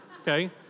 Okay